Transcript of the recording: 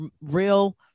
real